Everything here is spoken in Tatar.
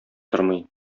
тормый